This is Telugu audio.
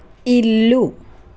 ఇల్లు